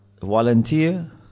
volunteer